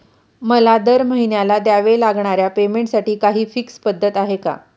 मला दरमहिन्याला द्यावे लागणाऱ्या पेमेंटसाठी काही फिक्स पद्धत आहे का?